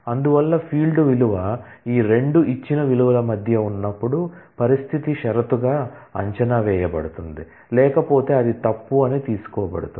అందువల్ల ఫీల్డ్ విలువ ఈ 2 ఇచ్చిన విలువల మధ్య ఉన్నప్పుడు పరిస్థితి షరతుగా అంచనా వేయబడుతుంది లేకపోతే అది తప్పు అని తీసుకోబడుతుంది